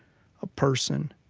a person.